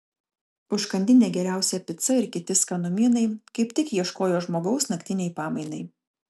užkandinė geriausia pica ir kiti skanumynai kaip tik ieškojo žmogaus naktinei pamainai